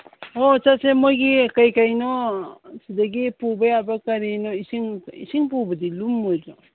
ꯑꯣ ꯆꯠꯁꯦ ꯃꯣꯏꯒꯤ ꯀꯩꯀꯩꯅꯣ ꯁꯤꯗꯒꯤ ꯄꯨꯕ ꯌꯥꯕ ꯀꯔꯤꯅꯣ ꯏꯁꯤꯡ ꯏꯁꯤꯡ ꯄꯨꯕꯗꯤ ꯂꯨꯝꯃꯣꯏꯗ꯭ꯔꯣ